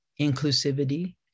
inclusivity